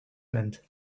meant